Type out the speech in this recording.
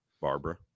barbara